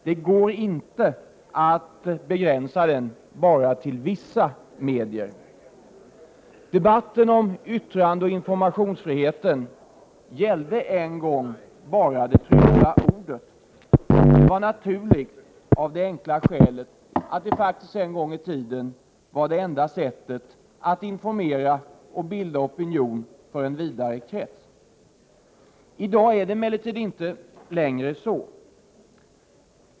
Det går inte att begränsa den bara till vissa medier. Debatten om yttrandeoch informationsfriheten gällde en gång bara det tryckta ordet. Det var naturligt, av det enkla skälet att detta var det enda sättet att informera och bilda opinion för en vidare krets. Prot. 1987/88:46 I dag är det emellertid inte längre så.